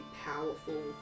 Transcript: powerful